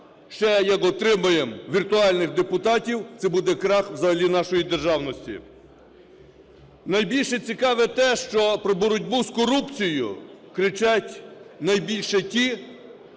Ще як отримає віртуальних депутатів – це буде крах взагалі нашої державності. Найбільше цікаве те, що про боротьбу з корупцією кричать найбільше ті,